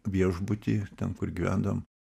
viešbuty ten kur gyvendavom